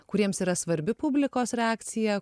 kuriems yra svarbi publikos reakcija